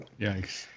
Yikes